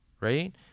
right